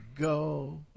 go